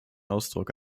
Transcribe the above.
ausdruck